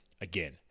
Again